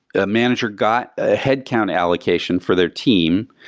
a manager got a headcount allocation for their team,